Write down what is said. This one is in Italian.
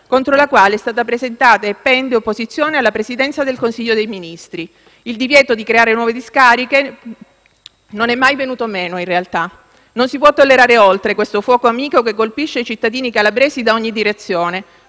contro la quale è stata presentata e pende opposizione alla Presidenza del Consiglio dei ministri. Il divieto di creare nuove discariche non è mai venuto meno, in realtà. Non si può tollerare oltre questo fuoco amico che colpisce i cittadini calabresi da ogni direzione.